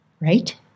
right